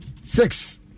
six